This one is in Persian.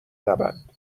نبند